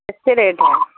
کیسے ریٹ ہے